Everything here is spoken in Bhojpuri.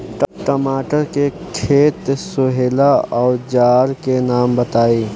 टमाटर के खेत सोहेला औजर के नाम बताई?